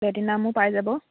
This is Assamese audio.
প্লেটিনামো পাই যাব